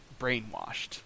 brainwashed